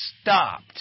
stopped